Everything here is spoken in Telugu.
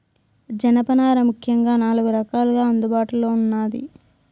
జనపనార ముఖ్యంగా నాలుగు రకాలుగా అందుబాటులో ఉన్నాది